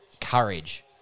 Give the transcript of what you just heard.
courage